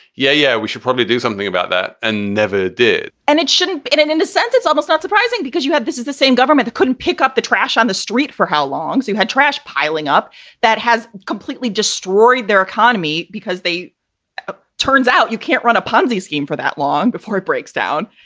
yeah, yeah, we should probably do something about that and never did and it shouldn't. in a and sense, it's almost not surprising because you have this is the same government that couldn't pick up the trash on the street for how long you had trash piling up that has completely destroyed their economy because they ah turns out you can't run a ponzi scheme for that long before it breaks down.